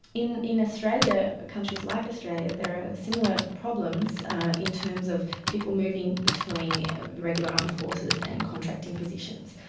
in in australia, countries like australia, there are similar problems in terms of people moving between the regular armed forces and contracting positions.